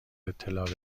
اطلاع